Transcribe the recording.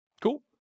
Cool